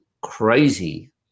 crazy